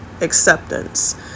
acceptance